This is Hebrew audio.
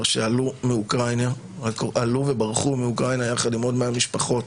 שעלו מאוקראינה וברחו יחד עם עוד מאה משפחות.